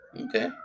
Okay